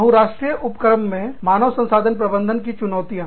बहुराष्ट्रीय उपक्रम में मानव संसाधन प्रबंधन की चुनौतियाँ